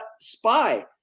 SPY